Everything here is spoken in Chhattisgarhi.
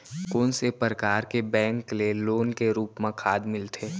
कोन से परकार के बैंक ले लोन के रूप मा खाद मिलथे?